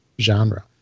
genre